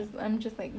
people get tired